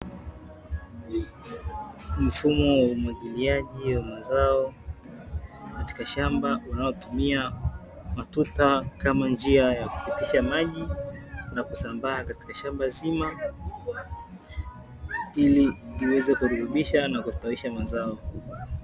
Mfumo wa umwagiliaji wa mazao katika shamba unaotumia matuta, kama njia ya kupitisha maji na kusambaa katika shamba zima. Ili iweze kurutubisha na kustawisha mazao.